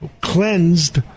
cleansed